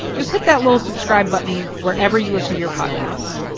just hit that little subscribe button wherever you listen to your podcasts